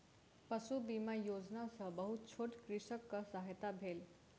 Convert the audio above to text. पशु बीमा योजना सॅ बहुत छोट कृषकक सहायता भेल